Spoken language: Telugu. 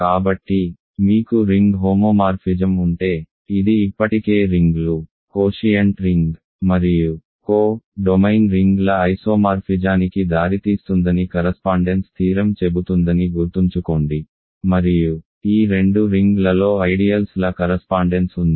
కాబట్టి మీకు రింగ్ హోమోమార్ఫిజం ఉంటే ఇది ఇప్పటికే రింగ్లు కోషియంట్ రింగ్ మరియు కో డొమైన్ రింగ్ల ఐసోమార్ఫిజానికి దారితీస్తుందని కరస్పాండెన్స్ థీరం చెబుతుందని గుర్తుంచుకోండి మరియు ఈ రెండు రింగ్లలో ఐడియల్స్ ల కరస్పాండెన్స్ ఉంది